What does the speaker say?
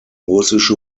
russische